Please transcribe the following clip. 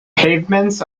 pavements